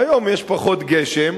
והיום יש פחות גשם,